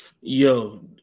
Yo